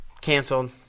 canceled